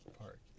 park